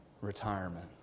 retirement